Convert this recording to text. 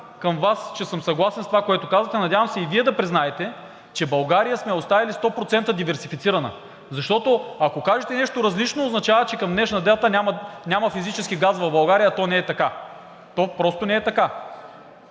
към Вас, че съм съгласен с това, което казвате, надявам се и Вие да признаете, че България сме я оставили 100% диверсифицирана, защото, ако кажете нещо различно, означава, че към днешна дата няма физически газ в България, а то не е така. То просто не е така!